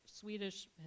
Swedish